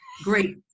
great